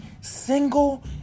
single